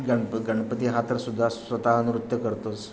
गणप गणपती हा तर सुद्धा स्वतः नृत्य करतोच